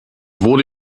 wurde